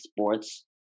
sports